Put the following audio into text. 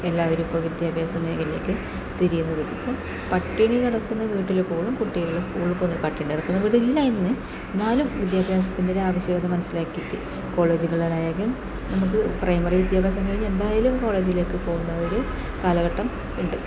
എല്ലാവരും ഇപ്പോൾ വിദ്യാഭ്യാസ മേഖലയിലേക്ക് തിരിയുന്നത് ഇപ്പം പട്ടിണി കിടക്കുന്ന വീട്ടിൽ പോലും കുട്ടികൾ സ്കൂളിൽ പോകുന്നു പട്ടിണി കിടക്കുന്ന വീട് ഇല്ല ഇന്ന് എന്നാലും വിദ്യാഭ്യാസത്തിൻ്റെ ആവശ്യകത മനസ്സിലാക്കിയിട്ട് കോളേജുകളിലായാലും നമുക്ക് പ്രൈമറി വിദ്യാഭ്യാസം കഴിഞ്ഞ് എന്തായാലും കോളേജുകളിലേക്ക് പോകുന്ന ഒരു കാലഘട്ടം ഉണ്ട്